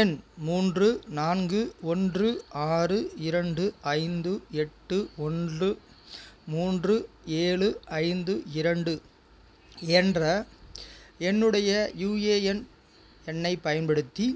எண் மூன்று நான்கு ஒன்று ஆறு இரண்டு ஐந்து எட்டு ஒன்று மூன்று ஏழு ஐந்து இரண்டு என்ற என்னுடைய யுஏஎன் எண்ணைப் பயன்படுத்தி